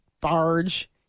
barge